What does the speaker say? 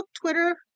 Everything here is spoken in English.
Twitter